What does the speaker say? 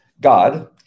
God